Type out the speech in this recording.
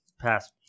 Pass